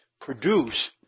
produce